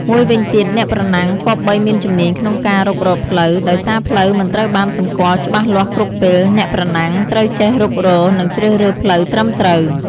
មួយវិញទៀតអ្នកប្រណាំងគប្បីមានជំនាញក្នុងការរុករកផ្លូវ ដោយសារផ្លូវមិនត្រូវបានសម្គាល់ច្បាស់លាស់គ្រប់ពេល អ្នកប្រណាំងត្រូវចេះរុករក និងជ្រើសរើសផ្លូវត្រឹមត្រូវ។